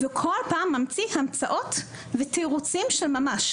וכל פעם ממציא המצאות ותירוצים של ממש,